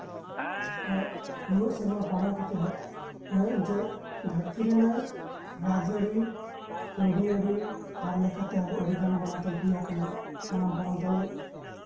ᱱᱩᱱᱟᱹᱜ ᱥᱮᱨᱢᱟ ᱯᱟᱨᱚᱢ ᱠᱟᱛᱮ ᱦᱚᱸ ᱮᱜᱫ ᱡᱮ ᱫᱷᱟᱨᱛᱤ ᱨᱮᱱᱟᱜ ᱨᱟᱡᱽ ᱟᱹᱨᱤ ᱠᱟᱹᱣᱰᱤ ᱟᱹᱨᱤ ᱦᱚᱲ ᱞᱮᱠᱟᱛᱮ ᱦᱚᱸ ᱟᱹᱰᱤ ᱜᱟᱱ ᱵᱚᱱᱚᱫᱚᱞ ᱦᱳᱭ ᱟᱠᱟᱱᱟ ᱚᱱᱟ ᱵᱚᱱᱚᱫᱚᱞ